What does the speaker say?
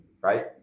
right